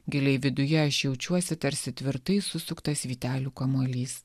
giliai viduje aš jaučiuosi tarsi tvirtai susuktas vytelių kamuolys